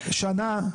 חודשיים, שנה?